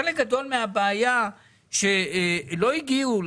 חלק גדול מהבעיה שלא הגיעו,